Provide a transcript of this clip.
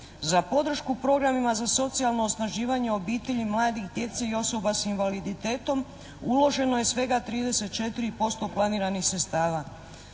Za podršku programima za socijalno osnaživanje obitelji, mladih, djece i osoba s invaliditetom uloženo je svega 34% planiranih sredstava.